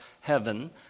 heaven